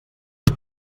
foc